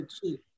cheap